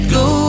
go